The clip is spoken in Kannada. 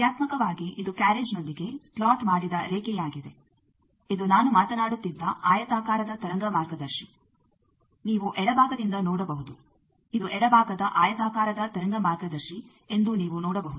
ಕ್ರಿಯಾತ್ಮಕವಾಗಿ ಇದು ಕ್ಯಾರ್ರೇಜ್ನೊಂದಿಗೆ ಸ್ಲಾಟ್ ಮಾಡಿದ ರೇಖೆಯಾಗಿದೆ ಇದು ನಾನು ಮಾತನಾಡುತ್ತಿದ್ದ ಆಯತಾಕಾರದ ತರಂಗ ಮಾರ್ಗದರ್ಶಿ ನೀವು ಎಡಭಾಗದಿಂದ ನೋಡಬಹುದು ಇದು ಎಡಭಾಗದ ಆಯತಾಕಾರದ ತರಂಗ ಮಾರ್ಗದರ್ಶಿ ಎಂದು ನೀವು ನೋಡಬಹುದು